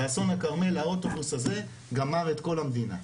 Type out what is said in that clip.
באסן הכרמל האוטובוס הזה גמר את כל המדינה.